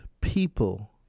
people